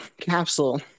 capsule